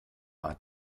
art